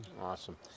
Awesome